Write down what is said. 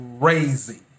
crazy